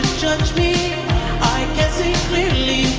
judge me i can't see clearly